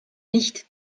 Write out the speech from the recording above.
nicht